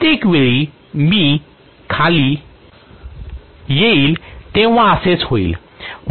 प्रत्येक वेळी मी खाली येईल तेव्हा असेच होईल